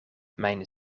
mijn